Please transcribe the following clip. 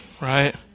Right